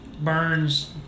burns